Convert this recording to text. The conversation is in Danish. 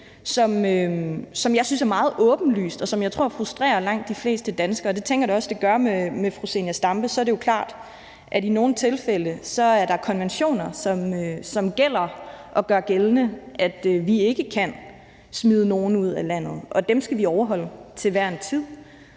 som jeg synes er meget åbenlyst, og som jeg tror frustrerer langt de fleste danskere, og det tænker jeg da også det gør med fru Zenia Stampe. Så er det jo klart, at i nogle tilfælde er der konventioner, som gør gældende, at vi ikke kan smide nogle ud af landet, og dem skal vi overholde til hver en tid,